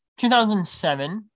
2007